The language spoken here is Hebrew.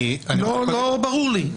לא ברור לי.